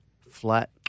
flat